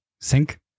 sink